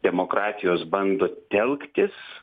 demokratijos bando telktis